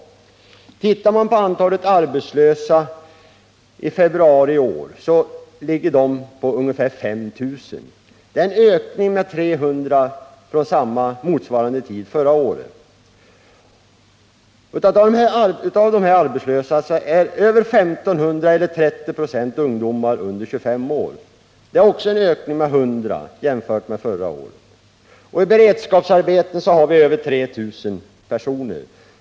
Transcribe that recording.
Om vi tittar på antalet arbetslösa i februari i år, finner vi att antalet är ungefär 5 000. Det är en ökning med 300 sedan motsvarande tid förra året. Av de arbetslösa är över 1 500, eller 30 96, ungdomar under 25 år. Det är en 81 ökning med 100 jämfört med förra året. I beredskapsarbete har vi över 3 000 personer.